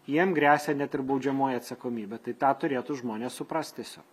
jiem gresia net ir baudžiamoji atsakomybė tai tą turėtų žmonės suprast tiesiog